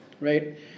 right